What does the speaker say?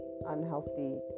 unhealthy